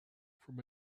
from